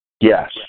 Yes